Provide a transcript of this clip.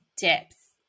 depth